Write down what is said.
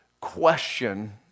question